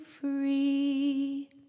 free